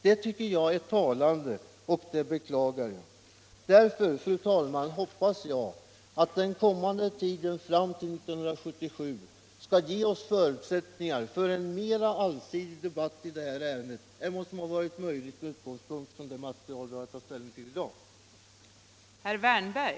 Det tycker jag är talande, och det beklagar jag. Därför, fru talman, hoppas jag att den kommande tiden fram till 1977 skall ge oss förutsättningar för en mer allsidig debatt i detta ärende än vad som varit möjligt att föra med utgångspunkt i det material vi har att ta ställning tull i dag.